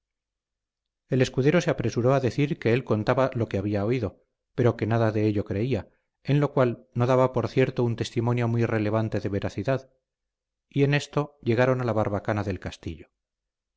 el escudero se apresuró a decir que él contaba lo que había oído pero que nada de ello creía en lo cual no daba por cierto un testimonio muy relevante de veracidad y en esto llegaron a la barbacana del castillo